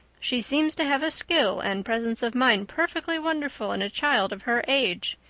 she seems to have a skill and presence of mind perfectly wonderful in a child of her age.